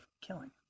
killing